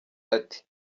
ati